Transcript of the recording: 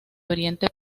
oriente